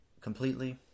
completely